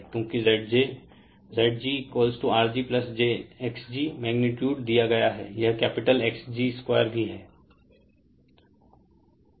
क्योंकि Zg rgjxg magnitude दिया गया है यह कैपिटल Xg2 भी है